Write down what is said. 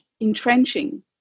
entrenching